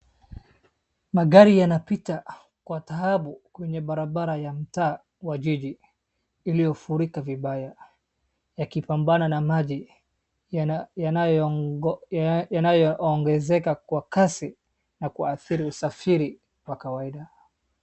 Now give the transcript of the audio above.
Magari yanapita kwa taabu kwenye barabara ya mtaa wa jiji, iliyofurika vibaya, yakipambana na maji yanayoongezeka kwa kasi na kuathiri usafiri wa kawaida.